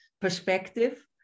perspective